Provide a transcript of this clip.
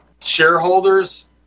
shareholders